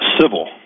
civil